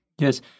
Yes